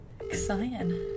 Exciting